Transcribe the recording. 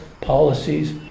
policies